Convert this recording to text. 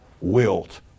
Wilt